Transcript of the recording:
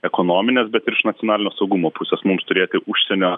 ekonominės bet ir iš nacionalinio saugumo pusės mums turėti užsienio